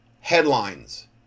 headlines